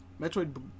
Metroid